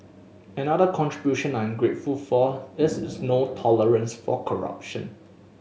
another contribution I'm grateful for is his no tolerance for corruption